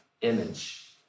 image